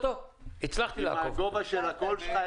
מה החובות שיחולו עליהם,